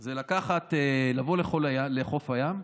זה לבוא לחוף הים,